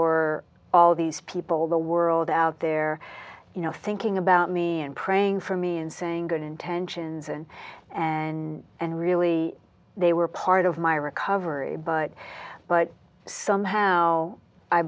were all these people the world out there you know thinking about me and praying for me and saying good intentions and and and really they were part of my recovery but but somehow i